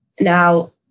Now